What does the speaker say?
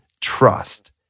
trust